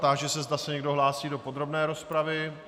Táži se, zda se někdo hlásí do podrobné rozpravy.